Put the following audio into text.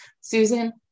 Susan